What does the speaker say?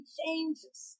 changes